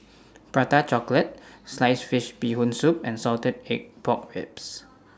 Prata Chocolate Sliced Fish Bee Hoon Soup and Salted Egg Pork Ribs